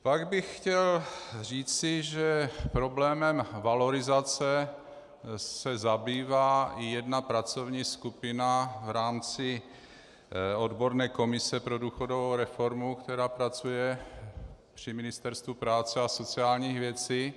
Pak bych chtěl říci, že problémem valorizace se zabývá i jedna pracovní skupina v rámci odborné komise pro důchodovou reformu, která pracuje při Ministerstvu práce a sociálních věcí.